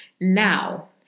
Now